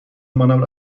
منم